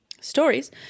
stories